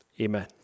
Amen